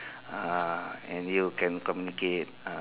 uh and you can communicate ah